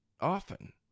often